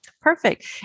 Perfect